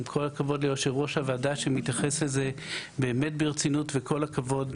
כל הכבוד ליושב-ראש הוועדה שמתייחס לזה באמת ברצינות וכל הכבוד,